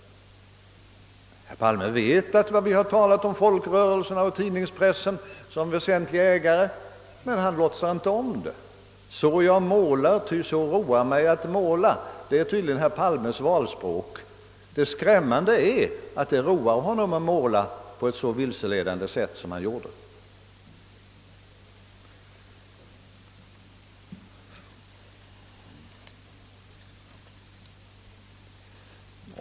Nej, herr Palme vet att vi har talat om folkrörelserna och pressen som ägare, men han låtsades inte om det. »Så jag målar, ty det roar mig att måla så», är tydligen herr Palmes valspråk. Det betänkliga är att det roar honom att måla på ett så vilseledande sätt som han gjorde.